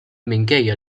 minkejja